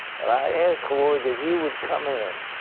and i ask, lord, that you would come in,